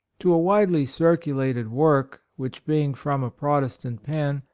to a widely circulated work which being from a protestant pen,